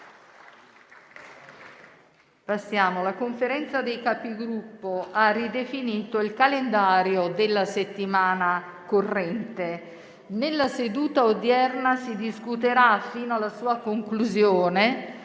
finestra"). La Conferenza dei Capigruppo ha ridefinito il calendario della settimana corrente. Nella seduta odierna si discuterà, fino alla sua conclusione,